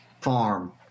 farm